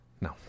No